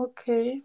Okay